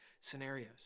scenarios